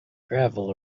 gravel